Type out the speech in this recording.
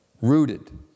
Rooted